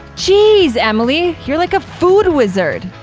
geez, emily, you're like a food wizard!